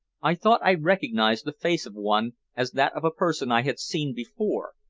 i thought i recognized the face of one as that of a person i had seen before,